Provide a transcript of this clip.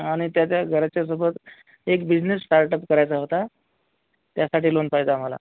आणि त्याच्या घराच्या सोबत एक बिजनेस स्टार्टप करायचा होता त्यासाठी लोन पाहिजे आम्हाला